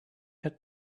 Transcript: had